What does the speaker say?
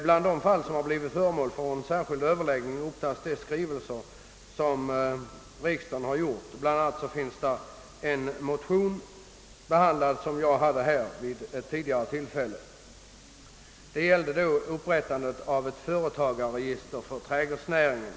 Bland de fall som blivit föremål för särskild överläggning upptas den skrivelse, som riksdagen gjorde med anledning av en motion som jag väckt om upprättande av ett företagsregister för trädgårdsnäringen.